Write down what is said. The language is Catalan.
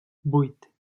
vuit